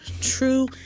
true